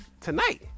tonight